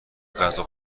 غذا